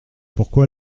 pourquoi